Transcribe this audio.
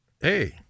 hey